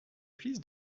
pistes